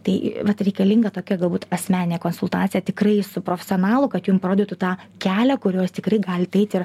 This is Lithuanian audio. tai vat reikalinga tokia galbūt asmeninė konsultacija tikrai su profesionalu kad jum parodytų tą kelią kuriuo jūs tikrai galit eit ir